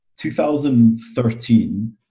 2013